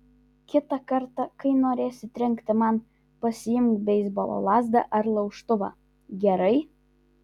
kitą kartą kai norėsi trenkti man pasiimk beisbolo lazdą ar laužtuvą gerai